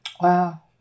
wow